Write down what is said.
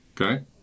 Okay